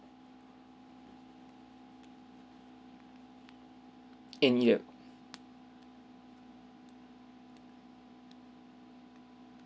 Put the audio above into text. in